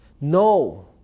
No